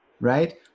right